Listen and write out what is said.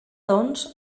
doncs